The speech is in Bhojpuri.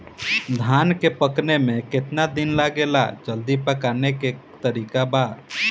धान के पकने में केतना दिन लागेला जल्दी पकाने के तरीका बा?